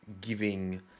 giving